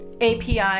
API